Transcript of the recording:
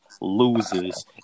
losers